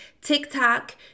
TikTok